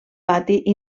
pati